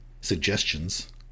Suggestions